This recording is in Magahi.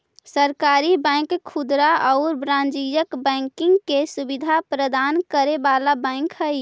सहकारी बैंक खुदरा आउ वाणिज्यिक बैंकिंग के सुविधा प्रदान करे वाला बैंक हइ